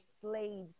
slaves